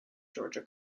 georgia